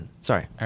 Sorry